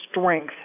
strength